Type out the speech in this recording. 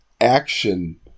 action